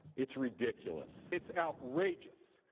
it's ridiculous. it's outrageous.